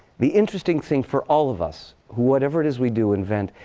the interesting thing for all of us, whatever it is we do invent,